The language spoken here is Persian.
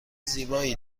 زیبایی